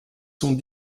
sont